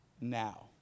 now